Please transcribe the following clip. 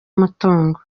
umutungo